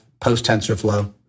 Post-TensorFlow